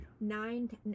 nine